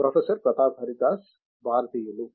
professor Pratap Haridas భారతీయులు